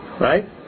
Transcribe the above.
Right